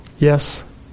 Yes